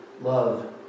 love